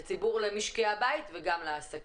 למשקי הבית וגם לעסקים.